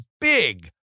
big